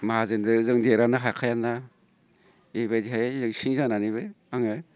माहाजोनजो जों देरहानो हाखायाना बेबायदिहाय जों सिं जानानैबो आङो